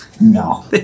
No